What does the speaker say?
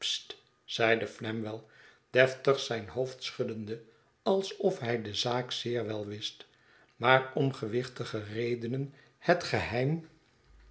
deftig zijn hoofd schuddende alsof hij de zaak zeer wel wist maar om gewichtige redenen het geheim